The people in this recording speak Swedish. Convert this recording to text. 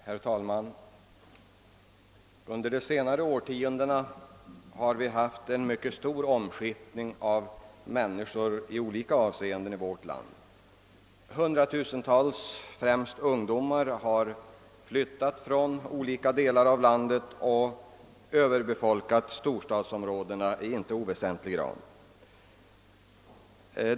Herr talman! Under de senaste årtiondena har det förekommit en stor omskiftning av människor i vårt land. Hundratusentals, främst ungdomar, har flyttat från olika delar av landet och överbefolkat storstadsområdena i inte oväsentlig grad.